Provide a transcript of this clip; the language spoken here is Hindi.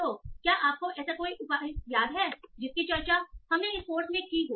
तो क्या आपको ऐसा कोई उपाय याद है जिसकी चर्चा हमने इस कोर्स में की हो